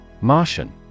Martian